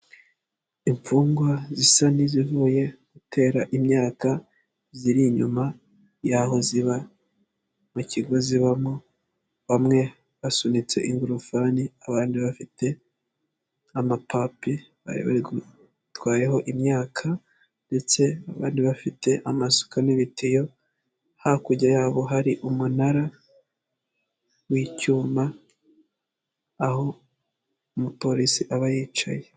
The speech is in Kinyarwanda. Imfungwa zisa n'izivuye gutera imyaka ziri inyuma y'aho ziba, mu kigo zibamo bamwe basunitse ingorofani abandi bafite amapapi batwayeho imyaka ndetse bari bafite amasuka n'ibitiyo hakurya yabo hari umunara w'icyuma aho umupolisi aba yicaye.